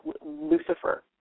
Lucifer